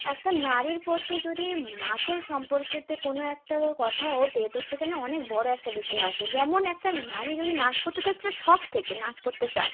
একটা নারীর প্রতি যদি নাচের সম্পর্কেতে কোনও একটা কথা ওঠে তো সেখানে অনেক বড় একটা বিষয় আসে যেমন একটা নারী যদি নাচ করতে তার যদি শখ থেকে নাচ করতে চায়